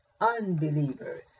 Unbelievers